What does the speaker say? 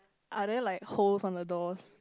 are there like holes on the doors